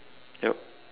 yup